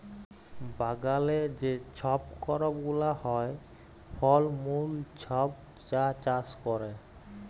বাগালে যে ছব করপ গুলা হ্যয়, ফল মূল ছব যা চাষ ক্যরে